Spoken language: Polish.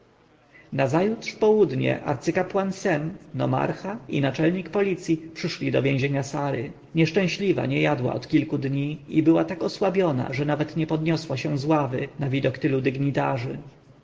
nazajutrz w południe arcykapłan sem nomarcha i namiestnik policji przyszli do więzienia sary nieszczęśliwa nie jadła od kilku dni i była tak osłabiona że nawet nie podniosła się z ławy na widok tylu dygnitarzy